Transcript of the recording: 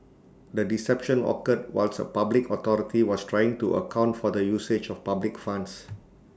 the deception occurred whilst A public authority was trying to account for the usage of public funds